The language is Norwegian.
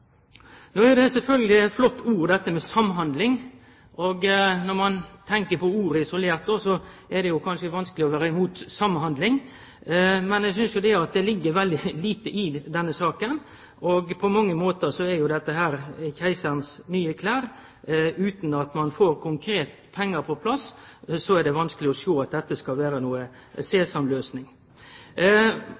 er sjølvsagt «samhandling» eit flott ord. Og når ein tenkjer på ordet isolert, er det kanskje vanskeleg å vere imot samhandling, men eg synest at det ligg veldig lite i denne saka. På mange måtar er dette «keiserens nye klær». Utan at ein konkret får pengar på plass, er det vanskeleg å sjå at dette skal